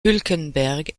hülkenberg